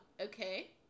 okay